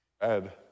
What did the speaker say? Ed